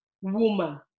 woman